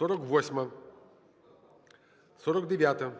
48-а.